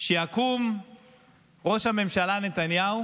שיקום ראש הממשלה נתניהו